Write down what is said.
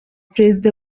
perezida